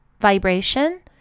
vibration